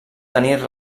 tenir